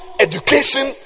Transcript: education